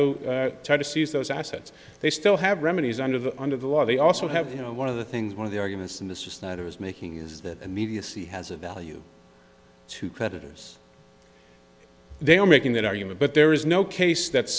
to try to seize those assets they still have remedies under the under the law they also have you know one of the things one of the arguments in this is that it was making is that immediacy has a value to creditors they are making that argument but there is no case that